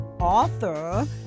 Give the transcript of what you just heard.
author